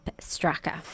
Straka